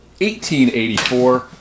1884